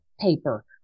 paper